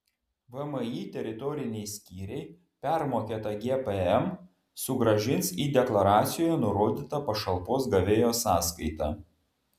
vmi teritoriniai skyriai permokėtą gpm sugrąžins į deklaracijoje nurodytą pašalpos gavėjo sąskaitą